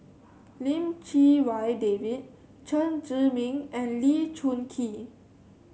Lim Chee Wai David Chen Zhiming and Lee Choon Kee